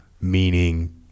meaning